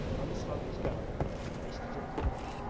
unslung his gun and placed it in a corner,